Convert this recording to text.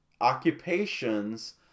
occupations